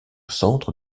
centre